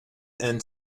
and